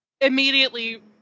immediately